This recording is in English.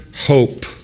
hope